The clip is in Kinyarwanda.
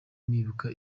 nibuka